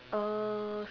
uh